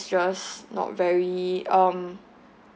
just not very um